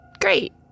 Great